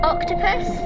Octopus